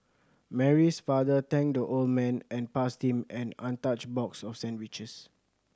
Mary's father thanked the old man and passed him an untouched box of sandwiches